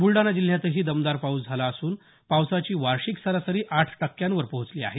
बुलडाणा जिल्ह्यातही दमदार पाऊस झाला असून पावसाची वार्षिक सरासरी आठ टक्क्यांवर पोहोचली आहे